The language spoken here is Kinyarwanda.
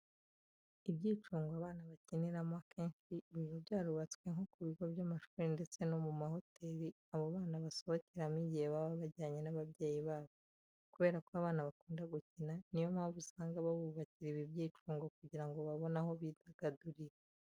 Ibyicungo abana bakiniramo akenshi biba byarubatswe nko ku bigo by'amashuri ndetse no mu mahoteli abo bana basohokeramo igihe baba bajyanye n'ababyeyi babo. Kubera ko abana bakunda gukina niyo mpamvu usanga babubakira ibi byicungo kugira ngo babone aho bidagadurira.